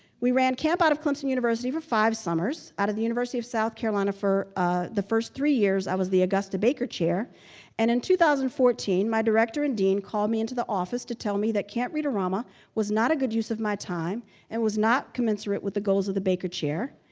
we ran camp out of clemson university for five summers out of the university of south carolina for ah the first three years i was the augusta baker chair and in two thousand and fourteen my director and dean called me into the office to tell me that camp read-a-rama was not a good use of my time and was not commensurate with the goals of the baker chair.